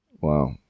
wow